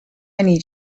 need